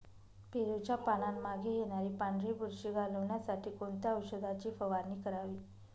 पेरूच्या पानांमागे येणारी पांढरी बुरशी घालवण्यासाठी कोणत्या औषधाची फवारणी करावी?